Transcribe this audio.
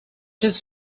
his